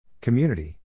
Community